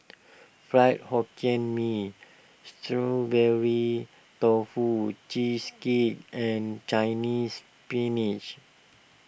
Fried Hokkien Mee Strawberry Tofu Cheesecake and Chinese Spinach